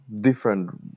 different